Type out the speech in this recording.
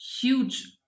huge